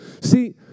See